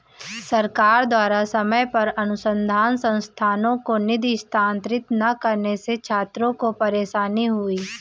सरकार द्वारा समय पर अनुसन्धान संस्थानों को निधि स्थानांतरित न करने से छात्रों को परेशानी हुई